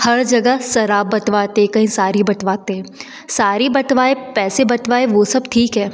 हर जगह शराब बँटवाते कहीं सारी बँटवाते सारी बँटवाए पैसे बँटवाए वह सब ठीक है